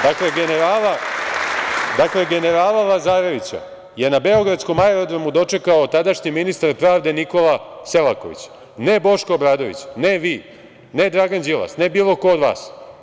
Dakle, generala Lazarevića je na beogradskom aerodromu dočekao tadašnji ministar pravde, Nikola Selaković, ne Boško Obradović, ne vi, ne Dragan Đilas, ne bilo ko od vas.